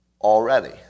already